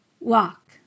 Walk